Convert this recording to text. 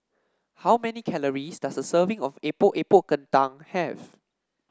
how many calories does a serving of Epok Epok Kentang have